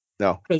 No